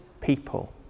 people